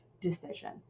decision